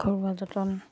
ঘৰুৱা যতন